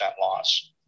loss